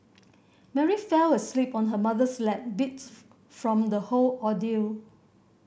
Mary fell asleep on her mother's lap beat from the whole ordeal